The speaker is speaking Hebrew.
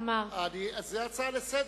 זאת הצעה לסדר-היום.